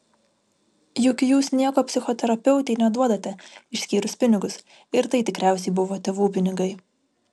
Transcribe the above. juk jūs nieko psichoterapeutei neduodate išskyrus pinigus ir tai tikriausiai buvo tėvų pinigai